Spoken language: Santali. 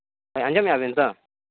ᱦᱮᱸ ᱟᱸᱡᱚᱢᱮᱜᱼᱟ ᱵᱮᱱ ᱛᱚ